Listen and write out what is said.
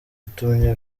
itumye